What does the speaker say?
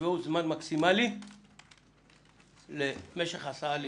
שתקבעו זמן מקסימלי למשך ההסעה לילדים.